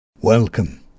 Welcome